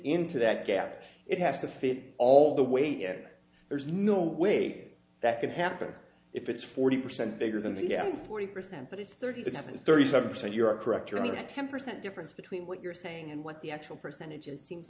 gap it has to fit all the weight yet there's no way that can happen if it's forty percent bigger than the yam forty percent but it's thirty seven thirty seven percent your correct your at ten percent difference between what you're saying and what the actual percentage is seems